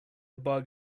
bug